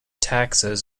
taxes